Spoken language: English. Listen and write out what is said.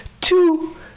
two